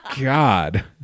god